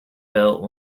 built